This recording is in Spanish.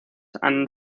han